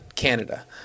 Canada